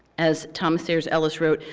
as thomas sayers ellis wrote,